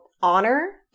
honor